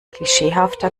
klischeehafter